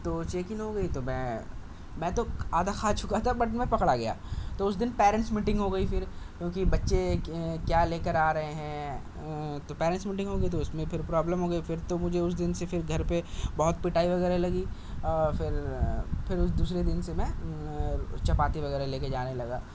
تو چیکنگ ہو گئی تو میں میں تو آدھا کھا چُکا تھا بٹ میں پکڑا گیا تو اُس دِن پیرنٹس میٹنگ ہو گئی پھر کیوںکہ بچے کہ کیا لے کر آ رہے ہیں تو پیرنٹس میٹنگ ہو گئی تو اُس میں پھر پرابلم ہو گئی پھر تو مجھے اُس دِن سے پھر گھر پہ بہت پٹائی وغیرہ لگی اور پھر پھر دوسرے دِن سے میں چپاتی وغیرہ لے کر جانے لگا